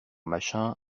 machin